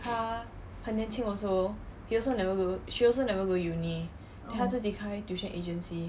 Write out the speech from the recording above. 她很年轻 also he also never go she also never go uni then 她自己开 tuition agency